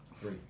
three